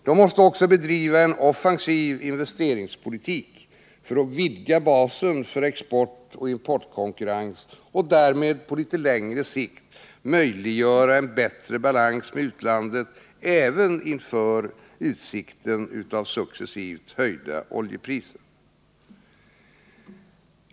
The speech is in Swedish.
De måste också bedriva en offensiv investeringspolitik för att vidga basen för exportoch importkonkurrens och därmed på litet längre sikt möjliggöra en bättre balans med utlandet även inför utsikten av successivt höjda oljepriser.